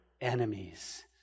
enemies